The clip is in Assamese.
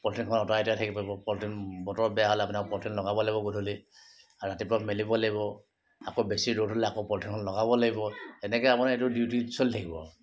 পলথিনখন আঁতৰাই আঁতৰাই থাকিব লাগিব পলিথিন বতৰ বেয়া হ'লে আকৌ পলিথিন লগাব লাগিব গধূলি আৰু ৰাতিপুৱা মেলিব লাগিব আকৌ বেছি ৰ'দ হ'লে আকৌ পলিথিনখন লগাব লাগিব এনেকৈ আপোনাৰ এইটি ডিউটি চলি থাকিব